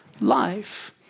life